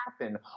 happen